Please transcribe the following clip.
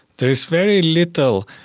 there is very little.